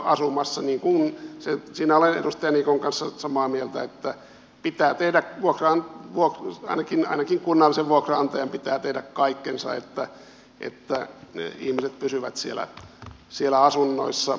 siinä olen edustaja niikon kanssa samaa mieltä että pitää tehdä vuokran vuoksi ainakin ainakin kunnallisen vuokranantajan pitää tehdä kaikkensa että ihmiset pysyvät siellä asunnoissa